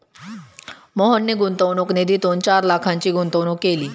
मोहनने गुंतवणूक निधीतून चार लाखांची गुंतवणूक केली